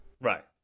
Right